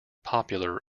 popular